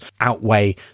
outweigh